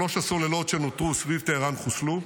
שלוש הסוללות שנותרו סביב טהראן, חוסלו,